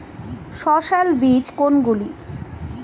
সস্যল বীজ কোনগুলো?